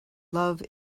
love